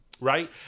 right